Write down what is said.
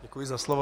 Děkuji za slovo.